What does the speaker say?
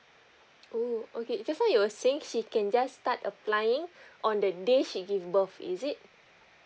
oh okay just now you were saying she can just start applying on the day she give birth is it